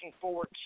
forward